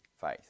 faith